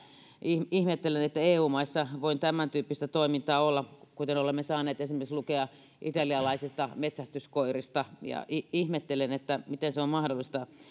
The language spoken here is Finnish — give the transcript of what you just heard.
ihmettelen että eu maissa voi tämäntyyppistä toimintaa olla kuten olemme saaneet esimerkiksi lukea italialaisista metsästyskoirista ihmettelen miten se on mahdollista